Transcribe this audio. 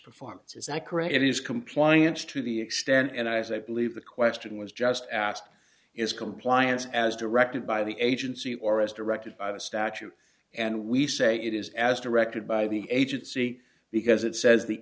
is compliance to the extent and i believe the question was just asked is compliance as directed by the agency or as directed by the statute and we say it is as directed by the agency because it says the